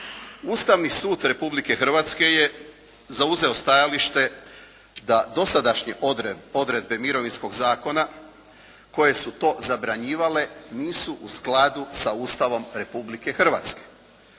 Ustavni sud Republike Hrvatske je zauzeo stajalište da dosadašnje odredbe Mirovinskog zakona koje su to zabranjivale nisu u skladu sa Ustavom Republike Hrvatske.